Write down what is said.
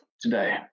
today